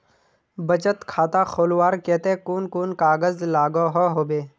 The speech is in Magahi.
बचत खाता खोलवार केते कुन कुन कागज लागोहो होबे?